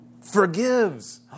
forgives